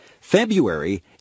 February